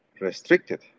restricted